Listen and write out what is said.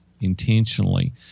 intentionally